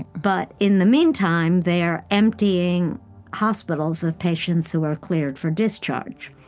but in the meantime, they are emptying hospitals of patients who were cleared for discharge.